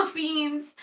beans